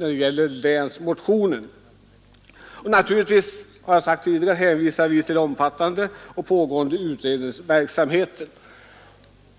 angivits i länsmotionen. Naturligtvis hänvisar vi till omfattande pågående utredningsverksamhet.